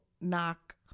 knock